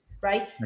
right